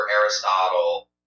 Aristotle